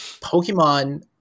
Pokemon